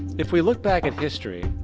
if we look back at history,